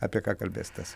apie ką kalbėsitės